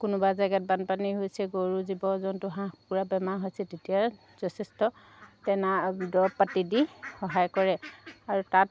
কোনোবা জেগাত বানপানী হৈছে গৰু জীৱ জন্তু হাঁহ পুৰা বেমাৰ হৈছে তেতিয়া যথেষ্ট টেনা দৰৱ পাতি দি সহায় কৰে আৰু তাত